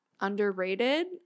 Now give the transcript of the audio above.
underrated